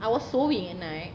I was sewing at night